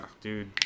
Dude